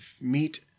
meet